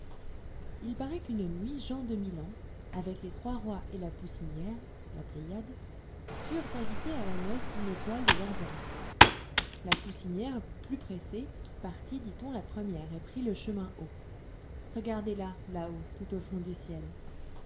il paraît qu'une nuit jean de milan avec les trois rois et la poussinière la pléiade furent invités à la noce d'une étoile de leurs amies la poussinière plus pressée partit dit-on la première et prit le chemin haut regardez-la là-haut tout au fond du ciel